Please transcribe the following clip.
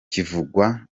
ikinyarwanda